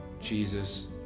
jesus